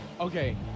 okay